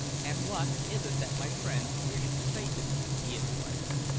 and what, is it that my friends wish to say to me? he inquired.